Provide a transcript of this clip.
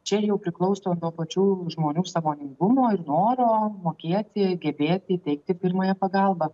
čia jau priklauso nuo pačių žmonių sąmoningumo ir noro mokėti gebėti teikti pirmąją pagalbą